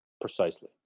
Precisely